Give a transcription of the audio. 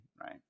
right